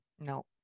No